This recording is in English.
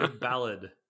ballad